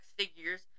figures